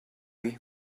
you